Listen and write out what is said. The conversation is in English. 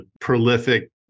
prolific